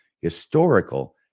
historical